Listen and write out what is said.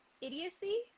idiocy